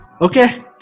Okay